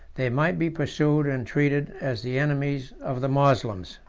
they might be pursued and treated as the enemies of the moslems.